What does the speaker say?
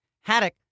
Haddock